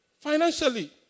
financially